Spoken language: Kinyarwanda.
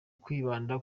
kwibanda